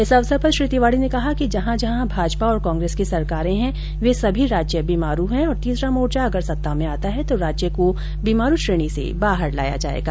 इस अवसर पर श्री तिवाडी ने कहा कि जहां जहां भाजपा तथा कांग्रेस की सरकारे हैं वे सभी राज्य बीमारू हैं और तीसरा मोर्चा अगर सत्ता में आता है तो राज्य को बीमारू श्रेणी से बाहर लाया जाएगा